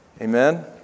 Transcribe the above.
Amen